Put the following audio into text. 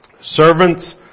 Servants